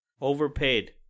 overpaid